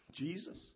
Jesus